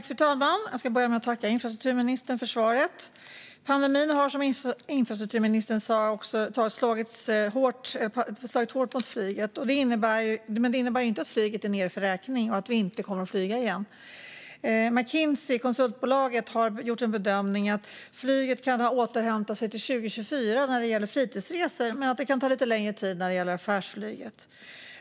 Fru talman! Jag ska börja med att tacka infrastrukturministern för svaret. Pandemin har, som infrastrukturministern sa, slagit hårt mot flyget. Men det innebär inte att flyget är nere för räkning och att vi inte kommer att flyga igen. Konsultbolaget McKinsey har gjort bedömningen att flyget kan ha återhämtat sig till 2024 när det gäller fritidsresor men att det kan ta lite längre tid när det gäller affärsflyget.